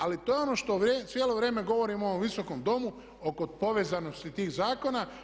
Ali to je ono što cijelo vrijeme govorim u ovom Visokom domu, oko povezanosti tih zakona.